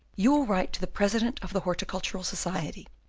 you will write to the president of the horticultural society,